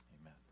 Amen